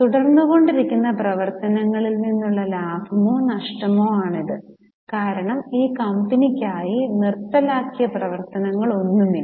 തുടർന്നു കൊണ്ടിരിക്കുന്ന പ്രവർത്തനത്തിൽ നിന്നുള്ള ലാഭമോ നഷ്ടമോ ഇതാണ് കാരണം ഈ കമ്പനിക്കായി നിർത്തലാക്കിയ പ്രവർത്തനങ്ങളൊന്നുമില്ല